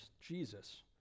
Jesus